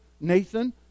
Nathan